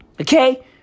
Okay